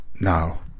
now